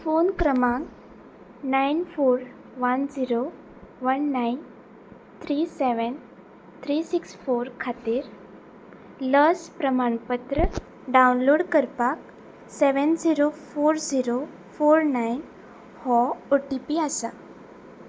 phone क्रमांक nine four one zero one nine three seven three six four खातीर लस प्रमाणपत्र डावनलोड करपाक seven zero four zero four nine हो O T P आसा